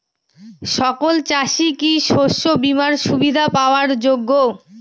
সকল চাষি কি শস্য বিমার সুবিধা পাওয়ার যোগ্য?